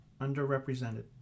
underrepresented